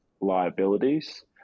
liabilities